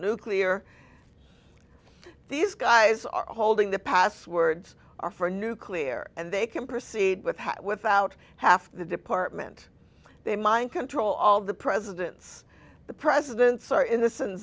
nuclear these guys are holding the passwords are for nuclear and they can proceed with without half the department they mind control all the presidents the presidents are in